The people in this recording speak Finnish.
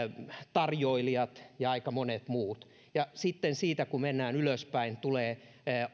tarjoilijat ja aika monet muut ja sitten siitä kun mennään ylöspäin tulee